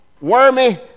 wormy